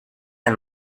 las